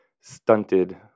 stunted